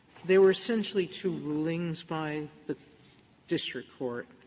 there are essentially two rulings by the district court,